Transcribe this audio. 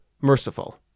Merciful